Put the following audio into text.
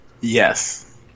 Yes